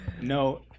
No